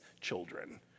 children